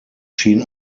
schien